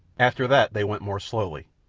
after that they went more slowly,